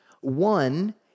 One